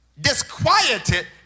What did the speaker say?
Disquieted